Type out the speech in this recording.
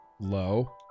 low